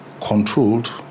controlled